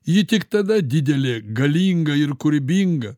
ji tik tada didelė galinga ir kūrybinga